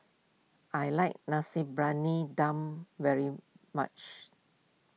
I like Dum very much